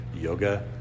yoga